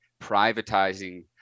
privatizing